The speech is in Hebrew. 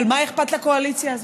אבל מה אכפת לקואליציה הזאת?